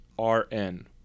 RN